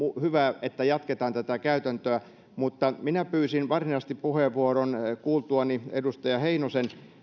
hyvä että jatketaan tätä käytäntöä pyysin varsinaisesti puheenvuoron kuultuani edustaja heinosen